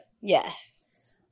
Yes